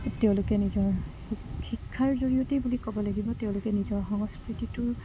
তেওঁলোকে নিজৰ শিক্ষাৰ জৰিয়তেই বুলি ক'ব লাগিব তেওঁলোকে নিজৰ সংস্কৃতিটোৰ